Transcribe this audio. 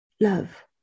love